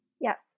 Yes